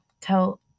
tell